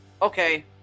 Okay